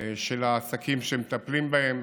של העסקים שמטפלים בהם